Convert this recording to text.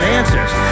answers